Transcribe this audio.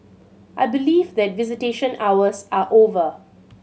I believe that visitation hours are over